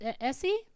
Essie